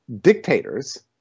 dictators